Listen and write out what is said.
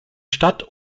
stadt